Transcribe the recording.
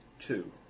Two